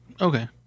Okay